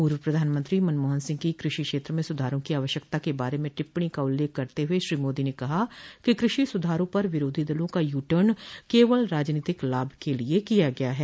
पूर्व प्रधानमंत्री मनमोहन सिंह की कृषि क्षेत्र में सुधारों की आवश्यकता के बारे में टिप्पणी का उल्लेख करते हुए श्री मोदी ने कहा कि कृषि सुधारों पर विरोधी दलों का यू टर्न केवल राजनीतिक लाभ के लिए किया गया है